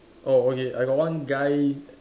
oh okay I got one guy